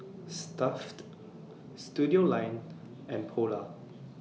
Stuff'd Studioline and Polar